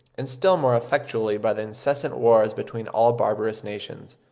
and still more effectually by the incessant wars between all barbarous nations.